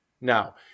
Now